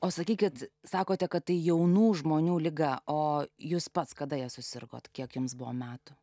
o sakykit sakote kad tai jaunų žmonių liga o jūs pats kada ja susirgote kiek jums buvo metų